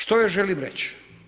Što ja želim reći?